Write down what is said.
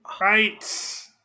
Right